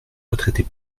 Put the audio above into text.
retraités